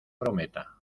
prometa